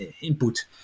input